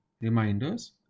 reminders